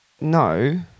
No